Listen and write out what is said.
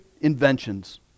inventions